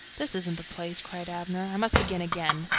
this isn't the place, cried abner. i must begin again.